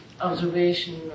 observation